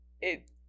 It-